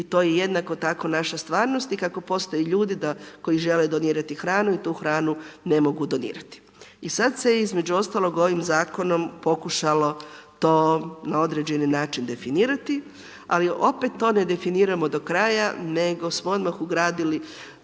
i to je jednako tako naša stvarnost i kako postoje ljudi koji žele donirati hranu i tu hranu ne mogu donirati. I sad se, između ostalog, ovim Zakonom pokušalo to na određeni način definirati, ali opet to ne definiramo do kraja nego smo odmah ugradili